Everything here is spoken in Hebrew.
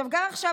גם עכשיו,